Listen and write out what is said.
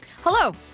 Hello